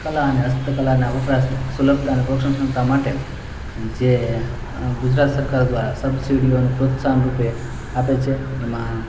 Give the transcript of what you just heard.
કલા અને હસ્તકલાના વપરાશમાં સુલભતા અને પોષણક્ષમતા માટે જે ગુજરાત સરકાર દ્વારા સબસિડીઓનું પ્રોત્સાહનરૂપે આપે છે એમાં